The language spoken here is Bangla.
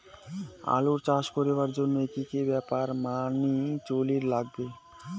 আলু চাষ করিবার জইন্যে কি কি ব্যাপার মানি চলির লাগবে?